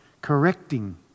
correcting